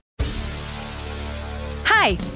Hi